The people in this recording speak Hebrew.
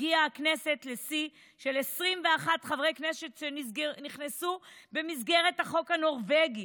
הכנסת הגיעה לשיא של 21 חברי כנסת שנכנסו במסגרת החוק הנורבגי,